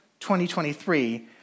2023